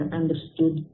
understood